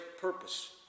purpose